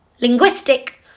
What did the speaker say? Linguistic